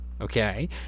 Okay